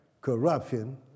corruption